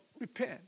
repent